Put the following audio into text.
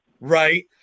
right